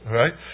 right